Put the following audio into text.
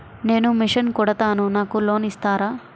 నేను మిషన్ కుడతాను నాకు లోన్ ఇస్తారా?